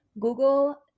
Google